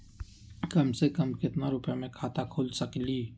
कम से कम केतना रुपया में खाता खुल सकेली?